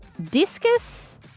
Discus